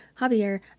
Javier